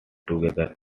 together